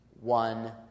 one